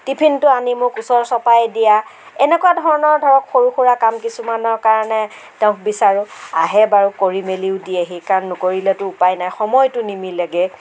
টিফিনটো আনি মোক ওচৰ চপাই দিয়া এনেকুৱা ধৰণৰ ধৰক সৰু সুৰা কাম কিছুমানৰ কাৰণে তেওঁক বিচাৰোঁ আহে বাৰু কৰি মেলিও দিয়েহি কাৰণ নকৰিলেটো উপায় নাই সময়টো নিমিলেগে